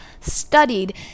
studied